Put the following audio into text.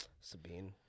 Sabine